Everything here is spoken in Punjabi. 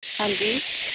ਹਾਂਜੀ